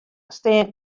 stean